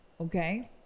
Okay